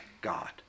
God